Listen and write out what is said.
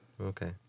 okay